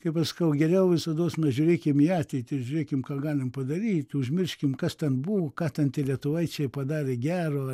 kaip aš sakau geriau visados mes žiūrėkim į ateitį ir žiūrėkim ką galim padaryt užmirškim kas ten buvo ką ten tie lietuvaičiai padarė gero